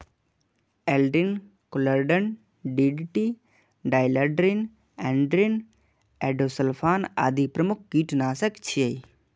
Aldrin, chlordane, DDT, dieldrin, endrin, endosulfan आदि प्रमुख कीटनाशक छियै